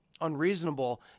unreasonable